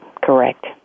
Correct